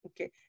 Okay